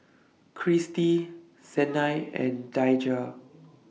Cristy Sanai and Daija